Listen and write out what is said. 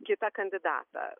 kitą kandidatą